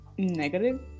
negative